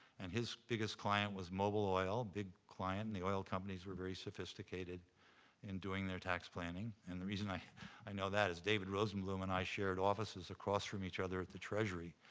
and his biggest client was mobil oil. big client, and the oil companies were very sophisticated in doing their tax planning. and the reason i i know that is david rosenbloom and i shared offices across from each other at the treasury.